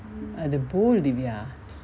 but the bowl dyvia